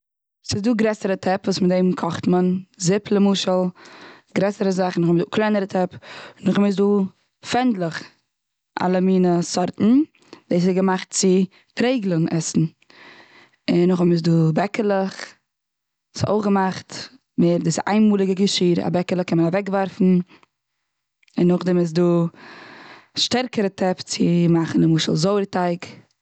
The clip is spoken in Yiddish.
ס'איז דא גרעסערע טעפ וואס מיט דעם קאכט מען זופ למשל, גרעסערע זאכן. און נאכדעם איז דא פענדלעך אלע מיני סארטן דאס איז געמאכט צו פרעגלעך עסן. און נאכדעם איז דא בעקעלעך, ס'איז אויך געמאכט מער, דאס איז איינמאליגע געשיר, א בעקעלע קען מען אוועק ווארפן. און נאכדעם איז דא שטערקערע טעפ, צו מאכן למשל זויער טייג.